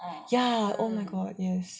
ya oh my god yes